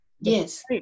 Yes